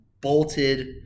bolted